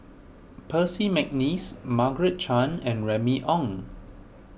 Percy McNeice Margaret Chan and Remy Ong